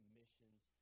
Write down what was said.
missions